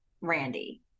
randy